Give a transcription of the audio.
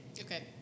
Okay